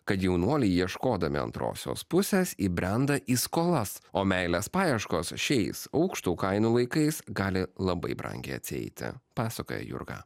kad jaunuoliai ieškodami antrosios pusės įbrenda į skolas o meilės paieškos šiais aukštų kainų laikais gali labai brangiai atsieiti pasakoja jurga